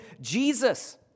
Jesus